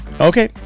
Okay